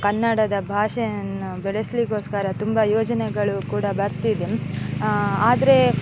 ಕನ್ನಡದ ಭಾಷೆಯನ್ನು ಬೆಳೆಸಲಿಕೋಸ್ಕರ ತುಂಬ ಯೋಜನೆಗಳು ಕೂಡ ಬರ್ತಿದೆ ಆದರೆ